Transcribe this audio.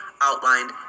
outlined